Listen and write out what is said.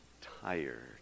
tired